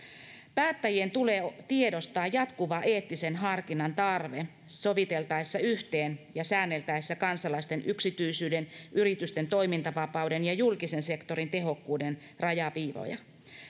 päättäjien tulee tiedostaa jatkuva eettisen harkinnan tarve soviteltaessa yhteen ja säänneltäessä kansalaisten yksityisyyden yritysten toimintavapauden ja julkisen sektorin tehokkuuden rajaviivoja